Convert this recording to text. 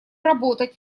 работать